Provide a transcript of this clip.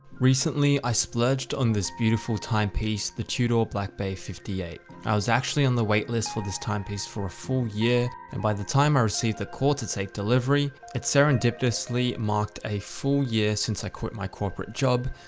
recently i splurged on this beautiful time piece. the tudor black bay fifty eight. i was actually on the wait list for this timepiece for a full year, and by the time i received the call to take delivery it serendipitously marked a full year since i quit my corporate job.